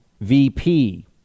vp